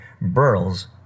Burl's